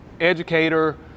educator